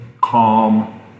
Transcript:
calm